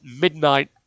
Midnight